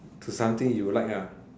to something you like ah